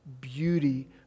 beauty